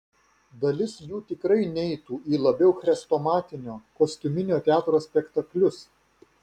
dalis jų tikrai neitų į labiau chrestomatinio kostiuminio teatro spektaklius